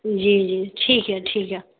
جی جی ٹھیک ہے ٹھیک ہے